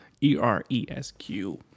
E-R-E-S-Q